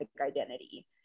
identity